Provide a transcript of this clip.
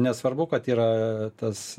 nesvarbu kad yra tas